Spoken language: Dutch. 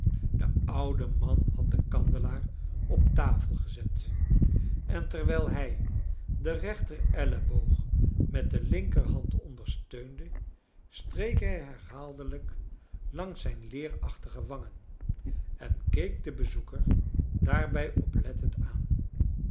de oude ma n had den kandelaar op tafel gezet en terwijl hij den rechter elieboog met de linkerhand ondersteunde streek hij herhaaldelijk langs zijn leerachtige wangen en keek den bezoeker daarbij oplettend aan